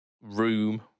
room